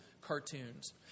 cartoons